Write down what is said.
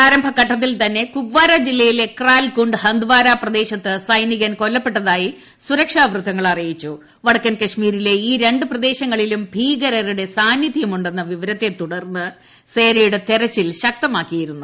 പ്രാരംഭഘട്ടത്തിൽ തന്നെ കുപ്പാര ജില്ലയിലെ ക്രാൽകു ് ഹന്ദ് വാര പ്രദേശത്ത് ഐസ്നികൻ കൊല്ലപ്പെട്ടതായി സുരക്ഷാ വൃത്തങ്ങൾ അറിയിച്ചു് വടക്കൻ കശ്മീരിലെ ഈ ര പ്രദേശങ്ങളിലും ഭീകരരുടെ സാന്നിധൃം ഉടെ ന്ന വിവരത്തെ തുടർന്ന് സേനയുടെ തിരച്ചിൽ ശക്തമാക്കിയിരുന്നു